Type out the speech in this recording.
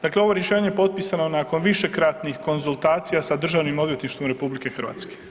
Dakle ovo rješenje je potpisano nakon višekratnih konzultacija sa Državnim odvjetništvom RH.